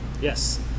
Yes